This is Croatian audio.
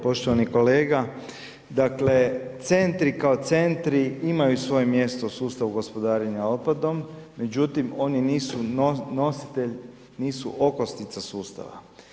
Poštovani kolega, dakle centri kao centri imaju svoje mjesto u sustavu gospodarenja otpadom međutim oni nisu nositelj, nisu okosnica sustava.